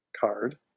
card